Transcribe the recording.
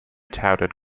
touted